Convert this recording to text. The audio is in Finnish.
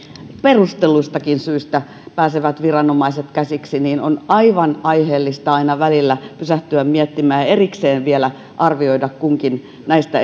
perustelluistakin syistä yksittäisiin tietoihin pääsevät viranomaiset käsiksi on aivan aiheellista aina välillä pysähtyä miettimään ja erikseen vielä arvioida kunkin näistä